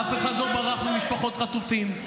אף אחד לא ברח ממשפחות החטופים.